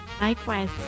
Likewise